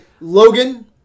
Logan